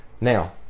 Now